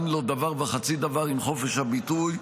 אין לו דבר וחצי דבר עם חופש הביטוי.